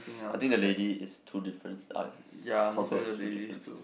I think the lady is two difference uh counted as two differences